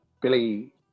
Billy